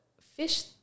fish